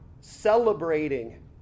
celebrating